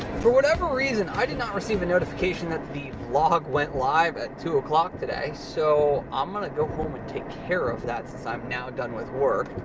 for whatever reason, i did not receive a notification that the vlog went live at two o'clock today, so i'm gonna go home and take care of that since i'm now done with work.